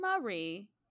marie